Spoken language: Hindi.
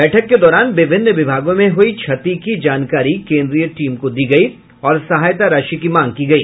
बैठक के दौरान विभिन्न विभागों में हुई क्षति की जानकारी केंद्रीय टीम को दी गई और सहायता राशि की मांग की गई